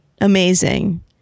amazing